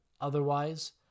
Otherwise